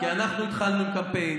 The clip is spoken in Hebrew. כי אנחנו התחלנו קמפיין,